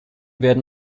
werden